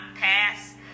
pass